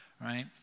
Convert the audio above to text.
right